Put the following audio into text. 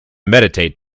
meditate